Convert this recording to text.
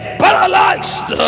paralyzed